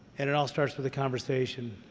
and it all starts with a conversation.